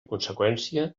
conseqüència